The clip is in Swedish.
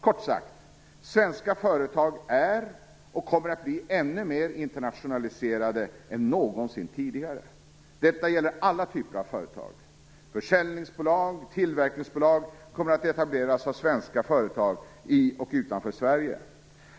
Kort sagt, svenska företag är och kommer att bli ännu mer internationaliserade än någonsin tidigare. Detta gäller alla typer av företag. Försäljningsbolag och tillverkningsbolag kommer att etableras av svenska företag i och utanför Sverige.